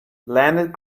landed